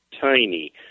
tiny